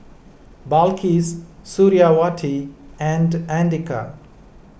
Balqis Suriawati and andika